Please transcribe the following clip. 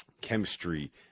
chemistry